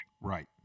Right